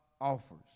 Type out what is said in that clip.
offers